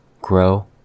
grow